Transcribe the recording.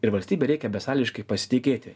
ir valstybe reikia besąlygiškai pasitikėti